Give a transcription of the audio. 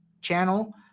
channel